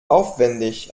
aufwendig